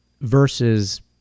versus